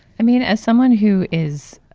i mean, as someone who is,